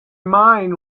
mind